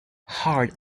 hard